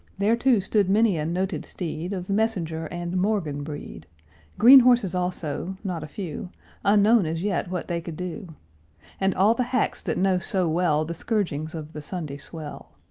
there too stood many a noted steed of messenger and morgan breed green horses also, not a few unknown as yet what they could do and all the hacks that know so well the scourgings of the sunday swell.